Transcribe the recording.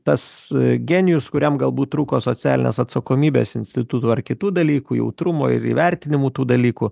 tas genijus kuriam galbūt trūko socialinės atsakomybės institutų ar kitų dalykų jautrumo ir įvertinimų tų dalykų